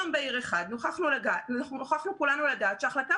יום בהיר אחד נוכחנו כולנו לדעת שהחלטה